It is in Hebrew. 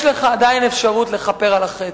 יש לך עדיין אפשרות לכפר על החטא.